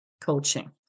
coaching